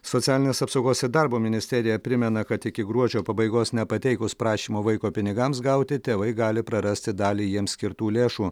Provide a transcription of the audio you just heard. socialinės apsaugos ir darbo ministerija primena kad iki gruodžio pabaigos nepateikus prašymo vaiko pinigams gauti tėvai gali prarasti dalį jiems skirtų lėšų